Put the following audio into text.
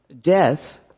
death